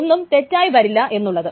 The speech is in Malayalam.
ഒന്നും തെറ്റായി വരില്ല എന്നുള്ളത്